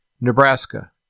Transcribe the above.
Nebraska